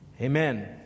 Amen